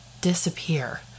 disappear